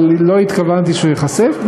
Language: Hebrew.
אבל לא התכוונתי שהוא ייחשף,